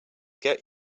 get